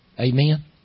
Amen